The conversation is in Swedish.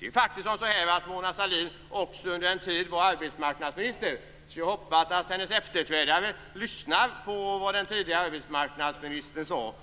Det är faktiskt så att Mona Sahlin också under en tid var arbetsmarknadsminister, så jag hoppas att hennes efterträdare lyssnar på vad den tidigare arbetsmarknadsministern säger.